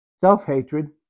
Self-hatred